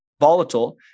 volatile